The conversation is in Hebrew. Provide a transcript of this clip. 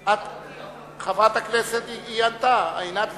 חברת הכנסת ענתה, עינת וילף,